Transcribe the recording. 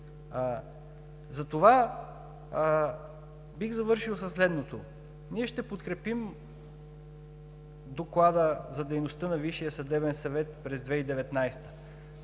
Затова бих завършил със следното: ние ще подкрепим Доклада за дейността на Висшия съдебен съвет през 2019